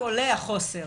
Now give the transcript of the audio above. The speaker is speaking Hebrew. רק עולה החוסר,